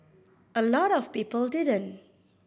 a lot of people didn't